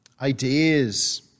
ideas